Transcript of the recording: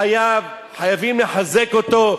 חייבים לחזק אותו.